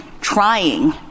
trying